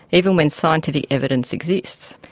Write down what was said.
even when scientific evidence exists.